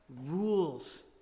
rules